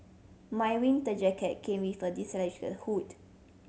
my winter jacket came with a hood